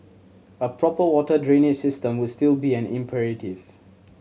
a proper water drainage system would still be an imperative